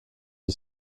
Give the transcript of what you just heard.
qui